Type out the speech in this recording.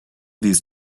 these